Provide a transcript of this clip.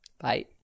Bye